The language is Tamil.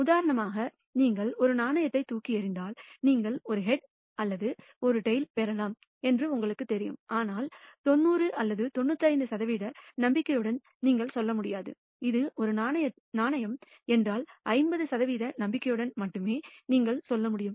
உதாரணமாக நீங்கள் ஒரு நாணயத்தைத் தூக்கி எறிந்தால் நீங்கள் ஒரு ஹெட் அல்லது டைல் பெறலாம் என்று உங்களுக்குத் தெரியும் ஆனால் 90 அல்லது 95 சதவிகித நம்பிக்கையுடன் நீங்கள் சொல்ல முடியாது இது ஒரு நாணயம் என்றால் 50 சதவீத நம்பிக்கையுடன் மட்டுமே நீங்கள் சொல்ல முடியும்